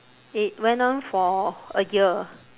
it went on for a year